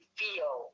feel